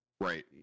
Right